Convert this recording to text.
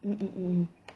mm mm mm